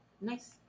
Nice